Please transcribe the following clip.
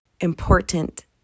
important